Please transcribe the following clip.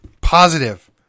positive